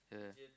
yeah